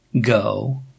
go